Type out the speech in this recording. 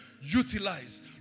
utilize